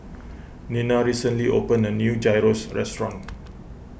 Nina recently opened a new Gyros Restaurant